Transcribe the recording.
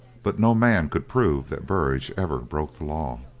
but no man could prove that burridge ever broke the law.